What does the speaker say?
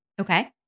Okay